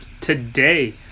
today